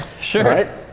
sure